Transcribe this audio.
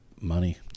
money